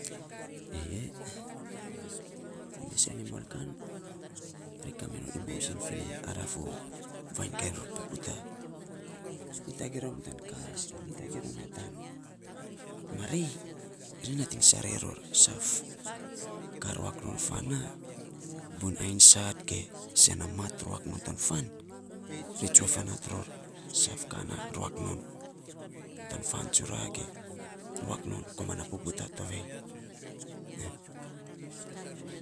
Ei ya, fo mes animal kan kaminon emotion finei ara to famy ka ror puputa. Nyi tagei rom ya ta kas ge nyi tagei rom ya tan marei, ri nating sarei ror saf kat ruak non fan na buiny ainy sat ge a mat ruak non fan, ri tsue fanat ror tan saf ka ruak non fan tsura ge komana puputa tovei